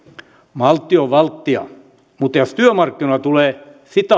maltti on valttia mutta jos työmarkkinoilla tulee